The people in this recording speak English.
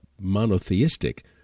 monotheistic